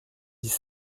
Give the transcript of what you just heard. dix